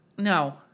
No